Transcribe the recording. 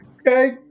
Okay